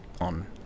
on